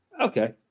Okay